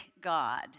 God